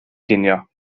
ginio